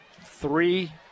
Three